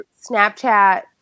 snapchat